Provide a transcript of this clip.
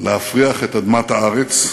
להפריח את אדמת הארץ,